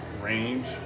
Range